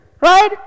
right